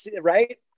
right